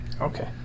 Okay